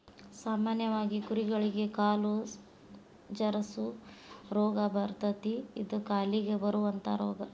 ಸಾಮಾನ್ಯವಾಗಿ ಕುರಿಗಳಿಗೆ ಕಾಲು ಜರಸು ರೋಗಾ ಬರತತಿ ಇದ ಕಾಲಿಗೆ ಬರುವಂತಾ ರೋಗಾ